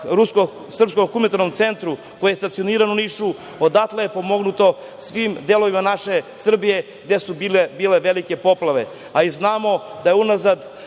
humanitarnom centru, koji je stacioniran u Nišu, odatle je pomagano svim delovima naše Srbije, gde su bile velike poplave, a i znamo da unazad